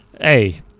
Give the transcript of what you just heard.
Hey –